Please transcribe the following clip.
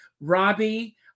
Robbie